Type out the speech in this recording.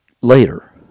later